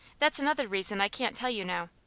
that's another reason i can't tell you now.